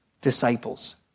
disciples